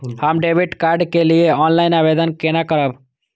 हम debit card के लिए ऑनलाइन आवेदन केना करब?